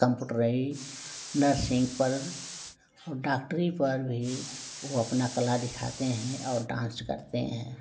nursing पर और डाक्टरी पर भी वो अपना कला दिखाते हैं और डांस करते हैं